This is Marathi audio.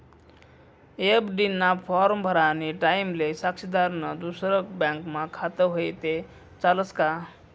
एफ.डी ना फॉर्म भरानी टाईमले साक्षीदारनं दुसरी बँकमा खातं व्हयी ते चालस का